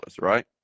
right